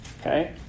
okay